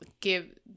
give